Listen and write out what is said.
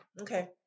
Okay